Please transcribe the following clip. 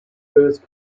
first